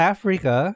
Africa